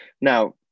Now